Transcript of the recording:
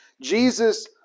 Jesus